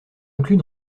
inclus